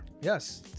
Yes